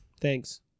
thanks